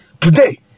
today